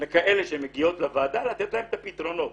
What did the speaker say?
לכאלה שמגיעות לוועדה לתת להן את הפתרונות.